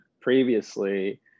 previously